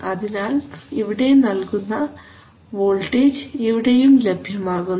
അതിനാൽ ഇവിടെ നൽകുന്ന വോൾട്ടേജ് ഇവിടെയും ലഭ്യമാകുന്നു